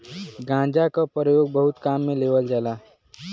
गांजा क परयोग बहुत काम में लेवल जाला